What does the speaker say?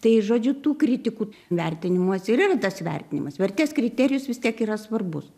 tai žodžiu tų kritikų vertinimuos ir yra tas vertinimas vertės kriterijus vis tiek yra svarbus